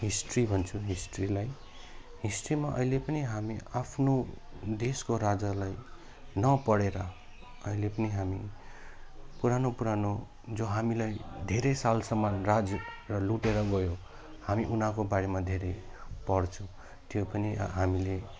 history भन्छु हिस्ट्रीलाई हिस्ट्रीमा अहिले पनि हामी आफ्नो देशको राजालाई नपढेर अहिले पनि हामी पुरानो पुरानो जो हामीलाई धेरै सालसम्म राज र लुटेर गयो हामी उनीहरूको बारेमा धेरै पढ्छौँ त्यो पनि हामीले